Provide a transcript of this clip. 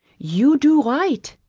you do right,